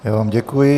Já vám děkuji.